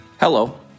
Hello